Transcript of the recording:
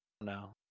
No